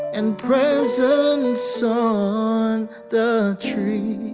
and presents so on the tree.